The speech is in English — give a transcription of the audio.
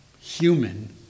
Human